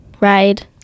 ride